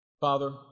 Father